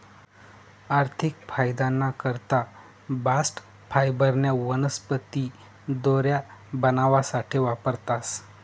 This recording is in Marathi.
आर्थिक फायदाना करता बास्ट फायबरन्या वनस्पती दोऱ्या बनावासाठे वापरतास